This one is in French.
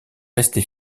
resté